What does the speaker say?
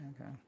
okay